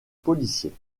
policiers